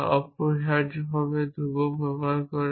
যা অপরিহার্যভাবে ধ্রুবক ব্যবহার করে